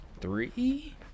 three